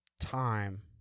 time